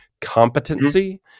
competency